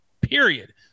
period